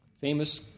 Famous